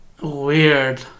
Weird